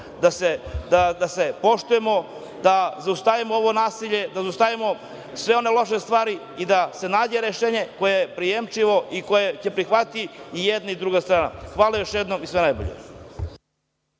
da se poštujemo, da zaustavimo ovo nasilje, da zaustavimo sve one loše stvari i da se nađe rešenje koje je prijemčivo i koje će prihvatiti i jedna i druga strana. Hvala još jednom i sve najbolje.